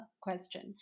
question